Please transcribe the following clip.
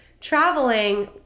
traveling